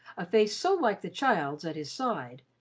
a face so like the child's at his side,